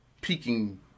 peaking